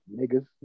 niggas